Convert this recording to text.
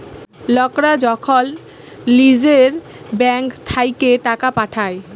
লকরা যখল লিজের ব্যাংক থ্যাইকে টাকা পাঠায়